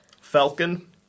Falcon